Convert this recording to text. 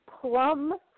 plum